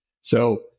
So-